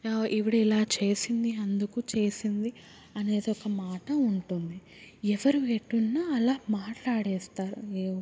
ఈవిడ ఇలా చేసింది అందుకు చేసింది అనేది ఒక మాట ఉంటుంది ఎవరు ఎటున్న అలా మాట్లాడేస్తారు